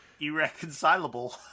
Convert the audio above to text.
irreconcilable